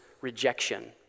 rejection